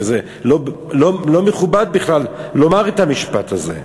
לא מכובד בכלל לומר את המשפט הזה.